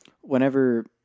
whenever